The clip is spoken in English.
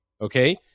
okay